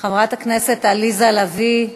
חברת הכנסת עליזה לביא,